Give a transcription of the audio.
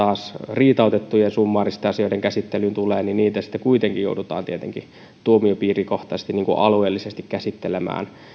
riitautettujen summaaristen asioiden käsittelyyn tulee niin niitä sitten kuitenkin joudutaan tietenkin tuomiopiirikohtaisesti alueellisesti käsittelemään